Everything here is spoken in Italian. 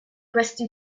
questi